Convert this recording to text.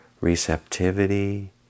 receptivity